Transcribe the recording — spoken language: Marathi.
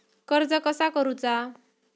कर्ज कसा करूचा?